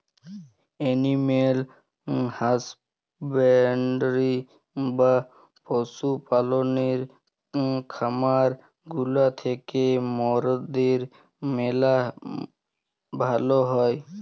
animal husbandry বা পশু পাললের খামার গুলা থ্যাকে মরদের ম্যালা ভাল হ্যয়